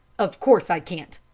of course i can't,